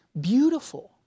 beautiful